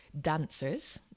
dancers